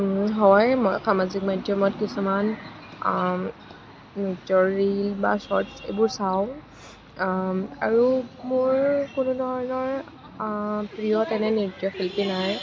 হয় মই সামাজিক মাধ্যমত কিছুমান ষ্টৰি বা চৰ্টচ এইবোৰ চাওঁ আৰু মোৰ কোনো ধৰণৰ প্ৰিয় তেনে নৃত্য শিল্পী নাই